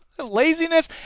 laziness